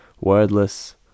wordless